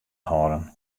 hâlden